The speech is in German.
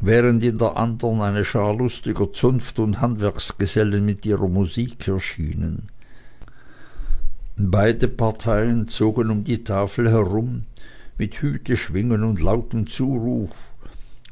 während in der anderen eine schar lustiger zunft und handwerksgesellen mit ihrer musik erschien beide parteien zogen um die tafel herum mit hüteschwingen und lautem zuruf